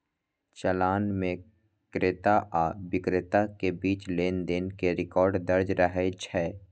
चालान मे क्रेता आ बिक्रेता के बीच लेनदेन के रिकॉर्ड दर्ज रहै छै